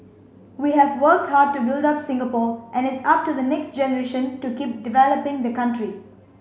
we have worked hard to build up Singapore and it's up to the next generation to keep developing the country